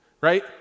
right